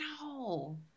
No